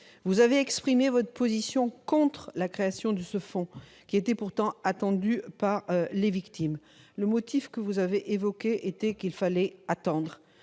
Vous aviez exprimé votre opposition à la création de ce fonds, qui était pourtant attendue par les victimes. Le motif que vous avez invoqué était qu'il fallait attendre,